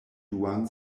duan